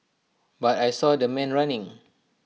but I saw the man running